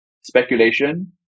speculation